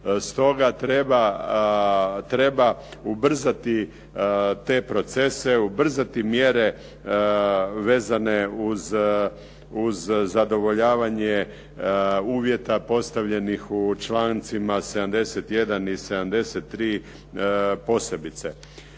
Stoga treba ubrzati te procese, ubrzati mjere vezane uz zadovoljavanje uvjeta postavljenih u člancima 71. i 73. posebice.